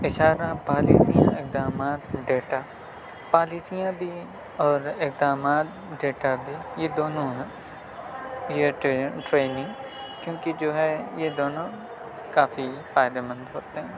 اشارہ پالیسی اقدامات ڈیٹا پالیسیاں بھی اور اقدامات ڈیٹا بھی یہ دونوں ہیں یہ ٹرین ٹریننگ کیوں کہ جو ہے یہ دونوں کافی فائدہ مند ہوتے ہیں